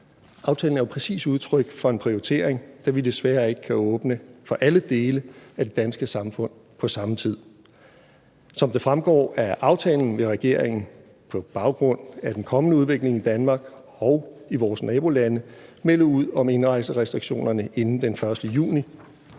Aftalen er jo præcis udtryk for en prioritering, da vi desværre ikke kan åbne for alle dele af det danske samfund på samme tid. Som det fremgår af aftalen vil regeringen på baggrund af den kommende udvikling i Danmark og i vores nabolande melde ud om indrejserestriktionerne inden den 1. juni